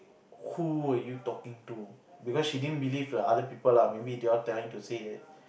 who were you talking to because she didn't believe the other people lah maybe they all trying to say that